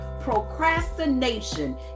procrastination